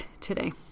today